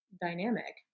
dynamic